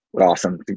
awesome